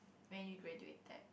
when you graduated